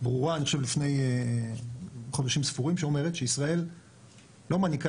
ברורה לפני חודשים ספורים שאומרת שישראל לא מעניקה